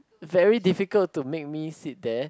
very difficult to make me sit there